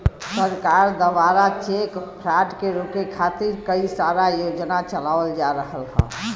सरकार दवारा cheque fraud के रोके खातिर कई सारा योजना चलावल जा रहल हौ